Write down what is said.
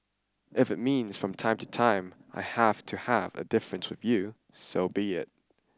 if that means from time to time I have to have a difference with you so be it